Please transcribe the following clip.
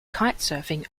kitesurfing